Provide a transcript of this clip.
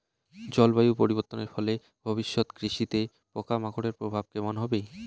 জলবায়ু পরিবর্তনের ফলে ভবিষ্যতে কৃষিতে পোকামাকড়ের প্রভাব কেমন হবে?